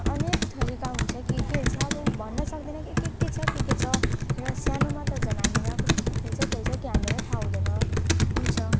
अनेक थरीका हुन्छ के के छ अब भन्न सक्दैन कि के के छ के के छ र सानोमा त झन् हामीहरू के के खेल्छ खेल्छ कि हामीहरूलाई थाहा हुँदैन हुन्छ